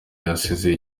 yasezeye